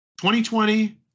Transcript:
2020